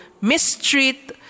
mistreat